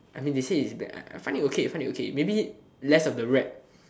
I mean they say it's bad lah I find it okay find it okay maybe less of the rap